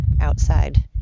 outside